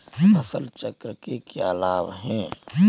फसल चक्र के क्या लाभ हैं?